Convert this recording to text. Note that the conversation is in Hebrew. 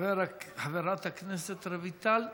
חברת הכנסת רויטל סויד.